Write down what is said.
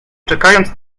czekając